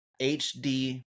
hd